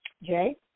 Jay